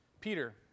Peter